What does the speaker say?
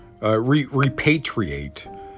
repatriate